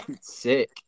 Sick